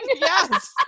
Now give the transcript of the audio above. Yes